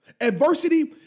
Adversity